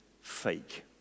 fake